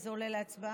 אז זה עולה להצבעה?